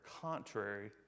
contrary